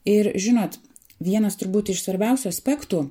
ir žinot vienas turbūt iš svarbiausių aspektų